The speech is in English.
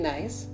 Nice